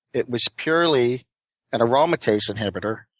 it was purely an aromatase inhibitor,